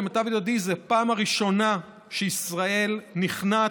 למיטב ידיעתי זאת הפעם הראשונה שישראל נכנעת